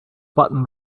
button